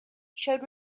showed